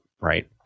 right